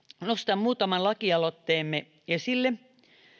nostan muutaman lakialoitteemme esille